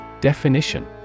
Definition